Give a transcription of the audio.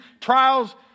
trials